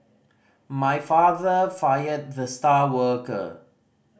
my father fired the star worker